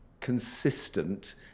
consistent